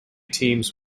teams